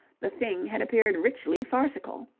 the thing had appeared richly farcical.